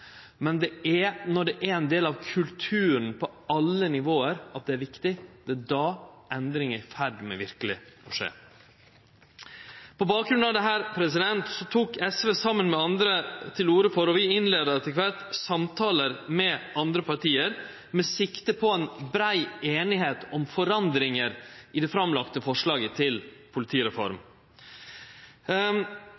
Men det er når det er ein del av kulturen på alle nivå at det er viktig, det er då endringar verkeleg er i ferd med å skje. På bakgrunn av dette tok SV saman med andre til orde for, og innleia etter kvart, samtaler med andre parti med sikte på ei brei semje om endringar i det framlagde forslaget til politireform.